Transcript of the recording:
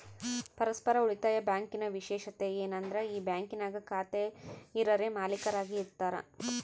ಪರಸ್ಪರ ಉಳಿತಾಯ ಬ್ಯಾಂಕಿನ ವಿಶೇಷತೆ ಏನಂದ್ರ ಈ ಬ್ಯಾಂಕಿನಾಗ ಖಾತೆ ಇರರೇ ಮಾಲೀಕರಾಗಿ ಇರತಾರ